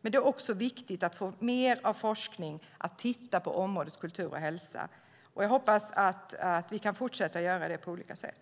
Men det är också viktigt att forskningen tittar mer på området kultur och hälsa. Jag hoppas att vi kan fortsätta göra det på olika sätt.